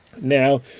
Now